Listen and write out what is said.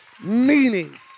meaning